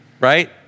right